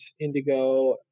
indigo